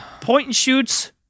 point-and-shoots